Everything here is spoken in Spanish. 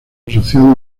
asociados